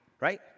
right